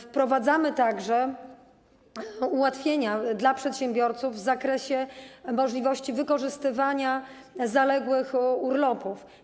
Wprowadzamy także ułatwienia dla przedsiębiorców w zakresie możliwości wykorzystywania zaległych urlopów.